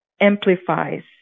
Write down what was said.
amplifies